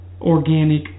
organic